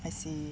I see